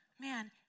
Man